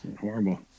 Horrible